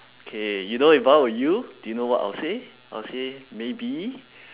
okay you know if I were you do you know what I'll say I'll say maybe